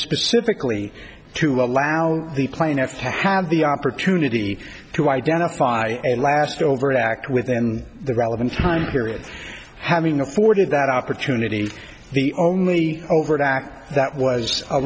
specifically to allow the plaintiff to have the opportunity to identify a last overt act within the relevant time period having afforded that opportunity the only overt act that was a